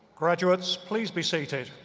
graduates, please be seated.